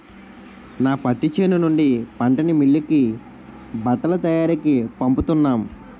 నా పత్తి చేను నుండి పంటని మిల్లుకి బట్టల తయారికీ పంపుతున్నాం